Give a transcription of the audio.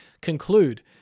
conclude